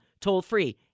toll-free